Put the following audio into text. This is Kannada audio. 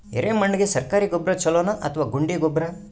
ಎರೆಮಣ್ ಗೆ ಸರ್ಕಾರಿ ಗೊಬ್ಬರ ಛೂಲೊ ನಾ ಅಥವಾ ಗುಂಡಿ ಗೊಬ್ಬರ?